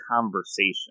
conversation